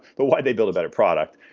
but why they built a better product?